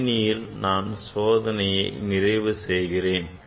கணினியில் நான் சோதனையை நிறைவு செய்கிறேன்